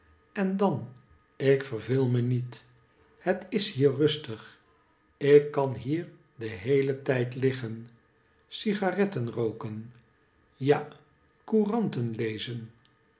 en dan ik verveel me niet het is hier rustig ik kan hier den heelen tijd liggen cigaretten rooken ja couranten lezen